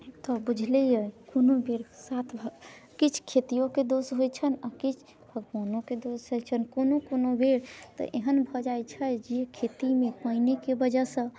तऽ बुझले अइ कोनो बेर साथ भऽ किछु खेतियोके दोष होइ छनि आओर किछु भगवानोके दोष होइ छनि कोनो कोनो बेर तऽ एहन भऽ जाइ छै जे खेती मे पानिके बजहसँ